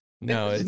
no